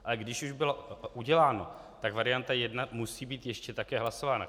Ale když už bylo uděláno, tak varianta 1 musí být ještě taky hlasována.